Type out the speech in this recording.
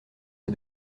est